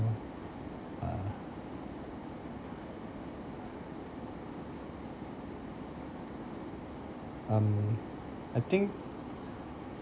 ah um I think